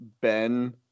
Ben